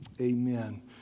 Amen